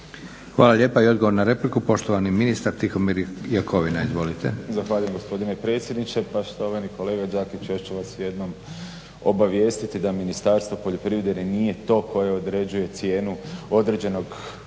Hvala lijepa. I odgovor na repliku, poštovani ministar Tihomir Jakovina. Izvolite. **Jakovina, Tihomir (SDP)** Zahvaljujem gospodine predsjedniče. Pa štovani kolega Đakiću još ću vas jednom obavijestiti da Ministarstvo poljoprivrede nije to koje određuje cijenu određenog